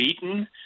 beaten